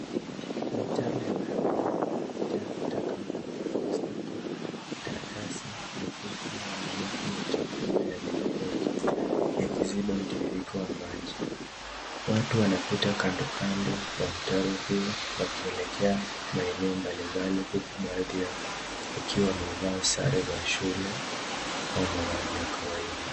Mtaro ya barabara imejaa taka ngumu za plastiki, karatasi, mifuko, na mabaki ya chakula yaliyooza yakiziba mitiririko wa maji. Watu wanapita kandokando wa mtaro huu wakielekea maeneo mbalimbali, wakiwa wamevaa sare za shule au mavazi ya kawaida.